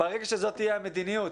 ברגע שזאת תהיה המדיניות